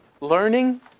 learning